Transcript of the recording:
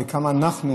וכמה אנחנו,